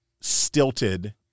stilted